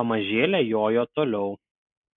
pamažėle jojo toliau